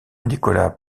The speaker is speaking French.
nicholas